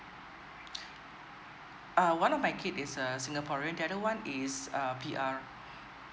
uh one of my kid is uh singaporean the other one is uh P_R